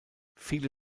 viele